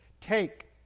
Take